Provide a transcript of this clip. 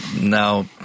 now